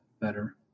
better